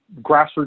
grassroots